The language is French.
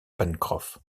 pencroff